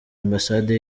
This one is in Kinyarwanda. ambasade